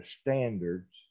standards